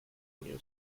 new